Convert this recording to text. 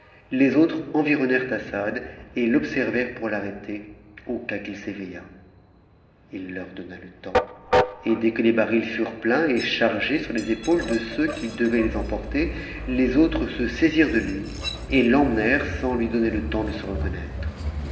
les autres environnèrent assad et t'observëret't t'arrête au cas qu'il s'éveiuat leur donna le temps et des q c barits furent pleins et chargés sur les épaules de ceux qui deva nt emporter les autres se saisirent de lui et t'emmenèrent sans lui do te temps de se reconnaître